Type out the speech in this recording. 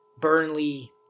burnley